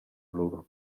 lur